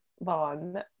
Vaughn